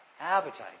appetite